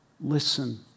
listen